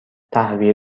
تهویه